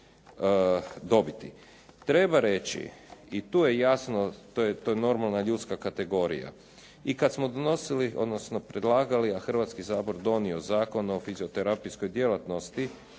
Treba reći i tu je jasno, to je normalna ljudska kategorija. I kad smo donosili, odnosno predlagali, a Hrvatski sabor donio Zakon o fizioterapijskoj djelatnosti